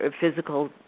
physical